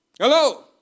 Hello